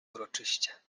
uroczyście